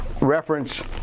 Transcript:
reference